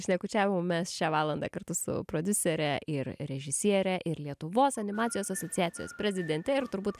šnekučiavomės šią valandą kartu su prodiuserę ir režisierę ir lietuvos animacijos asociacijos prezidentę ir turbūt